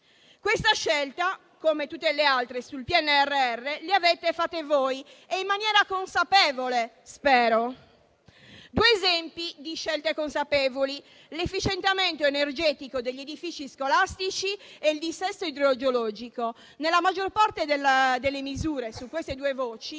Questa scelta, come tutte le altre sul PNRR, l'avete fatta voi, spero in maniera consapevole. Faccio due esempi di scelte consapevoli, a proposito dell'efficientamento energetico degli edifici scolastici e del dissesto idrogeologico. Nella maggior parte delle misure, su queste due voci,